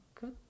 good